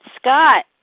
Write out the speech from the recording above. Scott